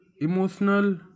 emotional